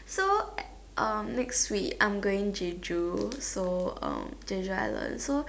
so um next week I'm going Jeju so um Jeju island so